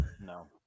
No